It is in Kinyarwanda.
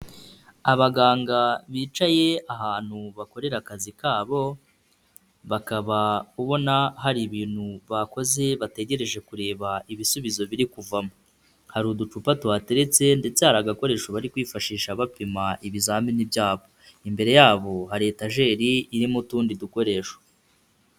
Abaganga bicaye ahantu bakorera akazi kabo, bakaba ubona hari ibintu bakoze bategereje kureba ibisubizo biri kuvamo. Hari uducupa tuhateretse ndetse hari agakoresho bari kwifashisha bapima ibizamini byabo. Imbere yabo hari etajeri irimo utundi dukoresho.